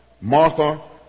Martha